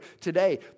today